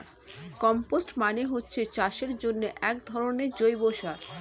compost মানে হচ্ছে চাষের জন্যে একধরনের জৈব সার